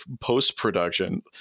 post-production